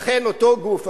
לכן אותו גוף,